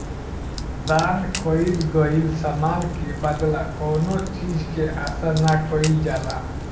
दान कईल गईल समान के बदला कौनो चीज के आसा ना कईल जाला